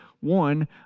One